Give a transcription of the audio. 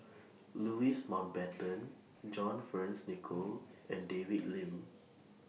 Louis Mountbatten John Fearns Nicoll and David Lim